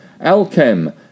Alchem